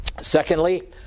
Secondly